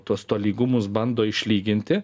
tuos tolygumus bando išlyginti